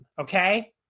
okay